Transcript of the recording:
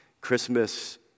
Christmas